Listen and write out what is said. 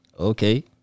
Okay